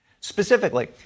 specifically